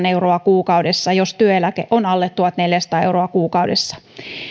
euroa kuukaudessa jos työeläke on alle tuhatneljäsataa euroa kuukaudessa